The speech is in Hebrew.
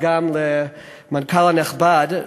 וגם למנכ"ל הנכבד.